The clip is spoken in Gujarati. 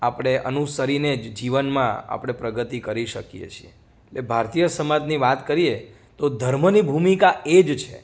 આપણે અનુસરીને જ જીવનમાં આપણે પ્રગતિ કરી શકીએ છીએ એટલે ભારતીય સમાજની વાત કરીએ તો ધર્મની ભૂમિકા એ જ છે